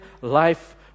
life